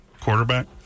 quarterback